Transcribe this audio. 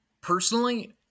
Personally